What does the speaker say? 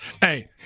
Hey